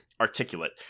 articulate